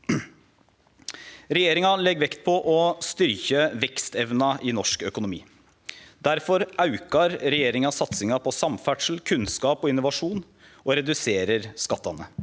Regjeringa legg vekt på å styrkje vekstevna i norsk økonomi. Derfor aukar regjeringa satsinga på samferdsel, kunnskap og innovasjon og reduserer skattane.